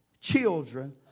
children